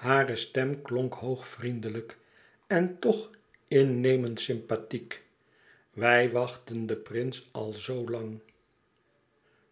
hare stem klonk hoog vriendelijk en toch innemend sympathiek wij wachten den prins al zoo lang